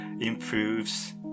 improves